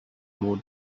more